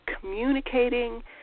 communicating